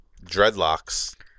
dreadlocks